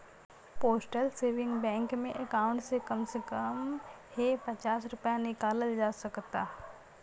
postal saving bank में account से कम से कम हे पचास रूपया निकालल जा सकता